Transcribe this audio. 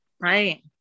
Right